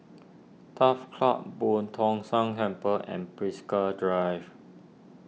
Turf Club Boo Tong San Temple and Drive